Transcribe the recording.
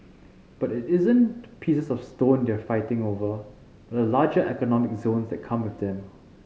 but it isn't pieces of stone they're fighting over but the larger economic zones that come with them